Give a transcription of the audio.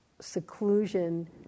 seclusion